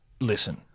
Listen